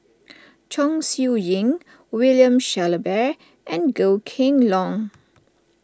Chong Siew Ying William Shellabear and Goh Kheng Long